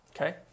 Okay